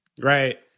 Right